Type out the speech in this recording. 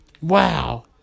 Wow